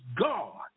God